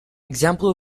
example